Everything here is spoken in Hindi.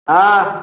हाँ